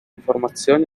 informazioni